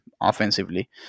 offensively